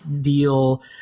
deal